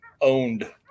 owned